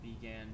began